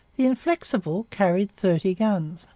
the inflexible carried thirty guns,